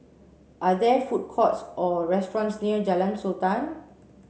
are there food courts or restaurants near Jalan Sultan